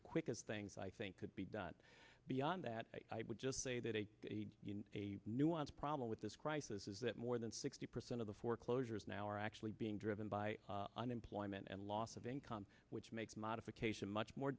the quickest things i think could be done beyond that i would just say that a a a nuance problem with this crisis is that more than sixty percent of the foreclosures now are actually being driven by unemployment and loss of income which makes modification much more